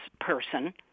person